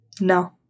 no